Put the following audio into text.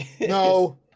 No